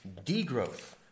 degrowth